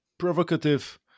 provocative